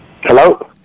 Hello